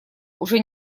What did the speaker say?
уже